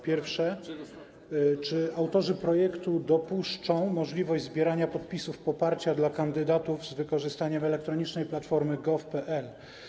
Pierwsze pytanie: Czy autorzy projektu dopuszczą możliwość zbierania podpisów poparcia dla kandydatów z wykorzystaniem elektronicznej platformy gov.pl?